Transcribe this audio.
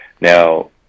Now